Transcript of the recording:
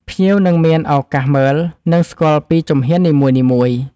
ភ្ញៀវនឹងមានឱកាសមើល និងស្គាល់ពីជំហាននីមួយៗ